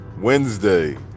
Wednesday